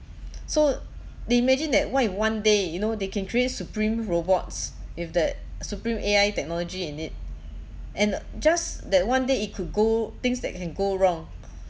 so they imagine that what if one day you know they can create supreme robots with that supreme A_I technology in it and just that one day it could go things that can go wrong